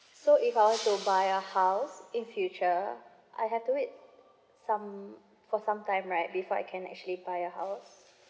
so if I were to buy a house in future I have to wait some for some time right before I can actually buy a house